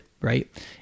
Right